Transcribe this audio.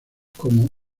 como